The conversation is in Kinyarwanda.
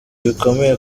bikomeye